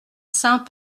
saint